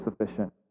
sufficient